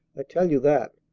i tell you that.